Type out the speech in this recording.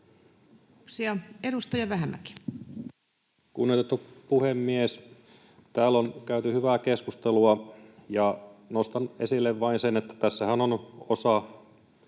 Kiitoksia. — Edustaja Vähämäki. Kunnioitettu puhemies! Täällä on käyty hyvää keskustelua, ja nostan esille vain sen, että tässähän on osa